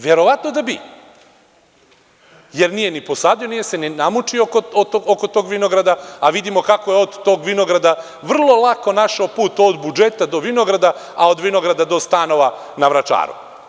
Verovatno da bi, jer nije ni posadio, nije se ni namučio oko tog vinograda, a vidimo kako je od tog vinograda vrlo lako našao put od budžeta do vinograda, a od vinograda do stanova na Vračaru.